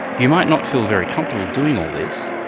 you might not feel very comfortable doing all this.